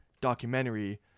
documentary